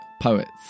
Poets